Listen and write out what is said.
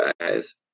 guys